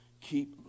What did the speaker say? keep